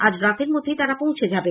আজ রাতের মধ্যেই তারা পৌঁছে যাবে